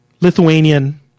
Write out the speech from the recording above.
Lithuanian